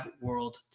world